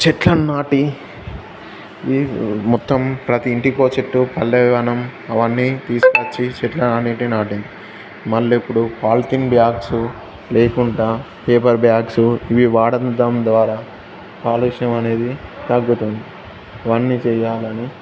చెట్లను నాటి ఇ మొత్తం ప్రతి ఇంటికి ఒక చెట్టు పల్లెవనం అవన్నీ తీసుకొచ్చి చెట్లను అన్నిటిని నాటింది మళ్ళ ఇప్పుడు పాల్తీన్ బ్యాగ్స్ లేకుండాా పేపర్ బ్యాగ్స్ ఇవి వాడడం ద్వారా కాలుష్యం అనేది తగ్గుతుంది అవన్నీ చేయాలని